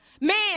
Man